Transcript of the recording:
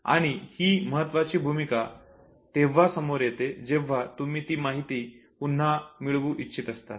आणि ही महत्त्वाची भूमिका तेव्हा समोर येते जेव्हा तुम्ही ती माहिती पुन्हा मिळवू इच्छित असतात